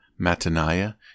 Mataniah